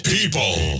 People